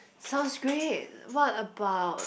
sounds great what about